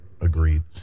Agreed